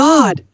God